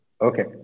okay